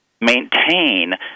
maintain